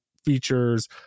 features